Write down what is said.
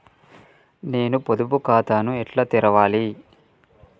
నేను పొదుపు ఖాతాను ఎట్లా తెరవాలి?